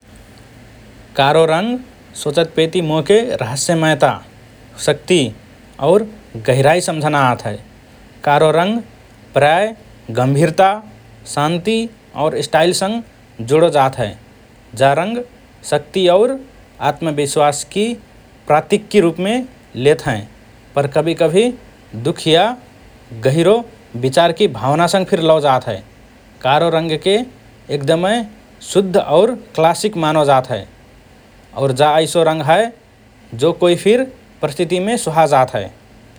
कारो रंग सोचतपेति मोके रहस्यमयता, शक्ति और गहिराइ सम्झना आत हए । कारो रंग प्रायः गम्भिरता, शान्ति और स्टाइलसँग जुडो जात हए । जा रंग शक्ति और आत्मविश्वासकि प्रतिककि रुपमे लेत हएँ पर कभिकभि दुःख या गहिरो विचारकि भावनासँग फिर लओ जात हए । कारो रंगके एकदमए शुद्ध और क्लासिक मानो जात हए और जा ऐसो रंग हए जो कोइ फिर परिस्थितिमे सुहाजात हए ।